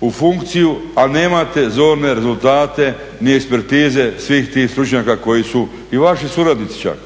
u funkciju a nemate zorne rezultate ni ekspertize svih tih stručnjaka koji su i vaši suradnici čak.